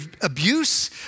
abuse